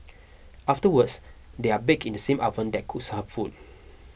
afterwards they are baked in the same oven that cooks her food